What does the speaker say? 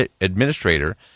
Administrator